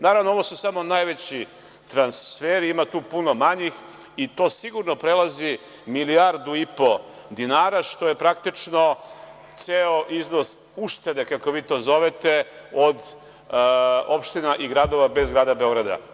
Naravno, ovo su samo najveći transferi, ima tu puno manjih i to sigurno prelazi milijardu i po dinara, što je praktično ceo iznos uštede, kako vi to zovete, od opština i gradova bez grada Beograda.